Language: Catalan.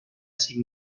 cinc